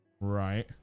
Right